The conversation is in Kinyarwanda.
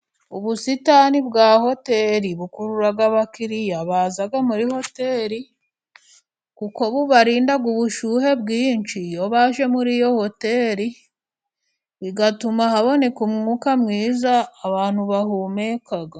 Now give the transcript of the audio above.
Ubusitani bwa hoteri bukurura abakiriya baza muri hoteri, kuko bubarinda ubushyuhe bwinshi baje muri iyo hoteri, butuma haboneka umwuka mwiza abantu bahumeka.